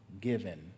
given